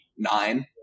Nine